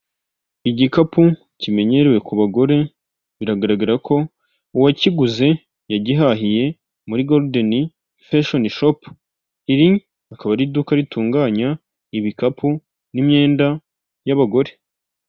Igikapu kimenyerewe ku bagore, biragaragara ko uwakiguze yagihahiye muri goludeni fashoni shopu, iri akaba ari iduka ritunganya ibikapu n'imyenda y'abagore.